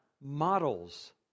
models